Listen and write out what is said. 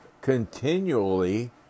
continually